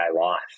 life